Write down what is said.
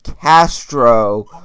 Castro